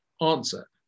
Answer